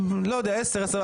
אולי עשר-עשר וחצי.